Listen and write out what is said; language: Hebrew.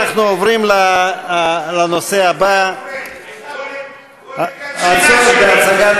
אנחנו עוברים לנושא הבא: הצורך בהצגת